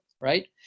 right